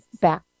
back